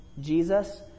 Jesus